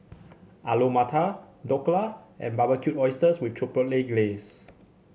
Alu Matar Dhokla and Barbecued Oysters with Chipotle Glaze